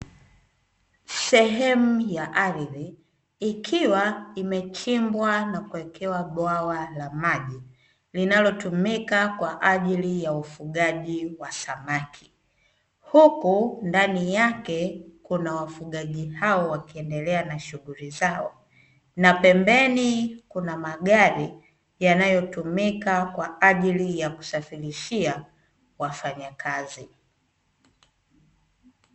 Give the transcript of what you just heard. Sehemu ya ardhi ikiwa imechimbwa na kuwekewa bwawa la maji linalotumika kwa ajili ya ufugaji wa samaki, huku ndani yake kuna wafugaji hao wakiendelea na shughuli zao na pembeni kuna magari yanayotumika kwa ajili ya kusafirishia wafanyakazi.